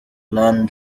ian